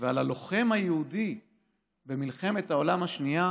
ועל הלוחם היהודי במלחמת העולם השנייה